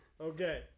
okay